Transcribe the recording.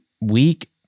week